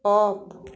off